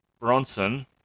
Bronson